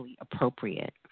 appropriate